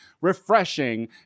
refreshing